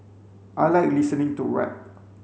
I like listening to rap